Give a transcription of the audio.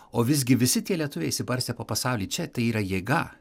o visgi visi tie lietuviai išsibarstę po pasaulį čia tai yra jėga